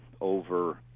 over